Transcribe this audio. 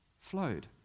flowed